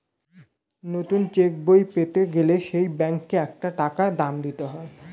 নতুন চেক বই পেতে গেলে সেই ব্যাংকে একটা টাকা দাম দিতে হয়